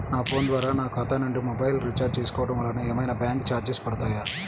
నా ఫోన్ ద్వారా నా ఖాతా నుండి మొబైల్ రీఛార్జ్ చేసుకోవటం వలన ఏమైనా బ్యాంకు చార్జెస్ పడతాయా?